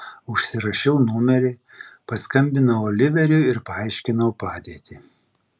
užsirašiau numerį paskambinau oliveriui ir paaiškinau padėtį